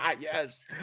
Yes